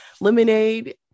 Lemonade